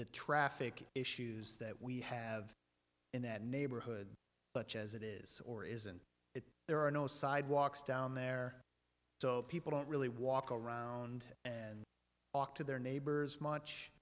the traffic issues that we have in that neighborhood but as it is or isn't it there are no sidewalks down there so people don't really walk around and talk to their neighbors much